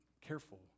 careful